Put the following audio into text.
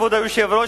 כבוד היושב-ראש,